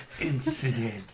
incident